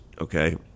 okay